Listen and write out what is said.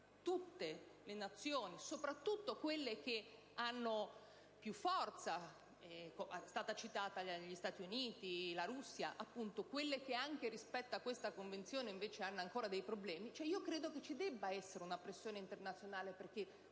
tutte le Nazioni, soprattutto quelle che hanno più forza. Sono stati citati gli Stati Uniti, la Russia, quelle Nazioni che anche rispetto a questa Convenzione hanno ancora dei problemi; ebbene, ritengo ci debba essere una pressione internazionale perché